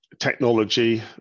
technology